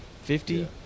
fifty